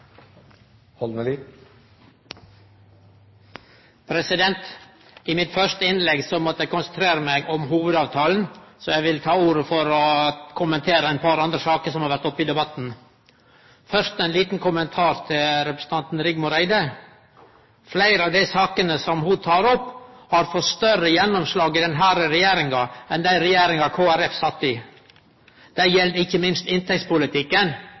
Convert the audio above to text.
landet. I mitt første innlegg måtte eg konsentrere meg om hovudavtalen, så eg vil ta ordet for å kommentere eit par andre saker som har vore oppe i debatten. Først ein liten kommentar til representanten Rigmor Andersen Eide. Fleire av dei sakene som ho tek opp, har fått større gjennomslag i denne regjeringa enn i den regjeringa Kristeleg Folkeparti sat i. Det gjeld ikkje minst inntektspolitikken.